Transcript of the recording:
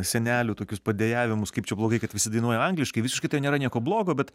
senelių tokius padejavimus kaip čia blogai kad visi dainuoja angliškai visiškai tai nėra nieko blogo bet